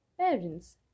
parents